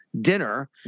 dinner